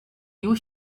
you